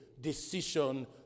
decision